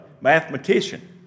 mathematician